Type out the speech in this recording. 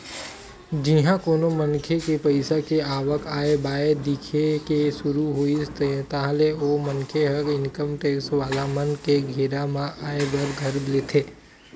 जिहाँ कोनो मनखे के पइसा के आवक आय बाय दिखे के सुरु होइस ताहले ओ मनखे ह इनकम टेक्स वाला मन के घेरा म आय बर धर लेथे